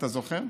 אתה זוכר?